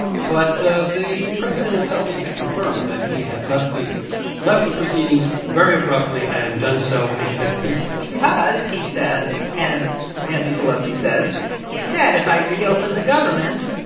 but the president himself seemed to confirm that he had left the left the proceedings very abruptly and done so in a fit of pique because, he says and nancy pelosi says he said, if i reopen the government,